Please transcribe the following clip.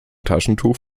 taschentuch